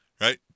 Right